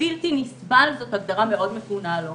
בלתי נסבל וזאת הגדרה מאוד מתונה לו.